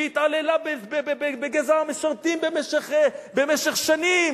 היא התעללה בגזע המשרתים במשך שנים,